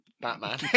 Batman